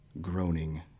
groaning